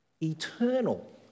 Eternal